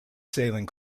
sailing